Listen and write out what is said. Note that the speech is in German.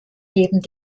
neben